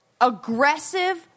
Aggressive